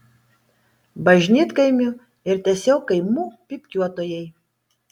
bažnytkaimių ir tiesiog kaimų pypkiuotojai